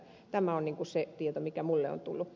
tämä on se tieto mikä minulle on tullut